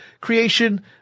creation